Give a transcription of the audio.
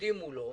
עומדים מולו,